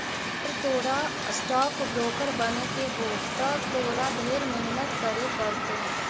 अगर तोरा stock broker बने के हो त तोरा ढेर मेहनत करे पड़तो